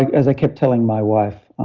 as i kept telling my wife,